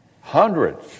Hundreds